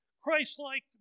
Christ-like